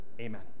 Amen